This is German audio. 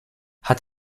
hat